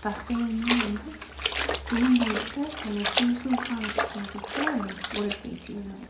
தசையுமே வந்து தூண்டி விட்டு நம்மள சுறுசுறுப்பாக வச்சிக்கிறதுக்கு உடற்பயிற்சி உதவும்